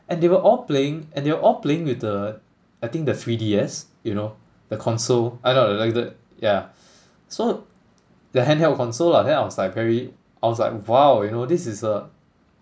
and they were all playing and they were all playing with the I think the three D_S you know the console I know like the yeah so the handheld console lah then I was like very I was like !wow! you know this is a